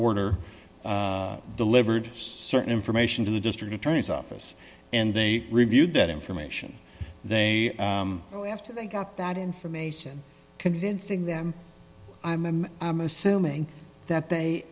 order delivered certain information to the district attorney's office and they reviewed that information they after they got that information convincing them i'm assuming that they